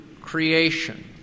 creation